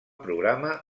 programa